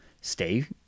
stay